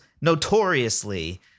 notoriously